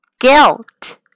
guilt